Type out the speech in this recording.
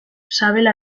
sabela